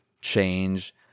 change